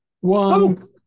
One